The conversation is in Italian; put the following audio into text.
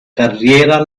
carriera